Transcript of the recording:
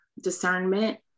discernment